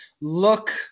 look